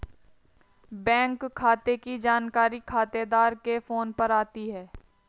bank खाते की जानकारी खातेदार के फोन पर आती है